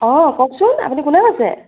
অঁ কওকচোন আপুনি কোনে কৈছে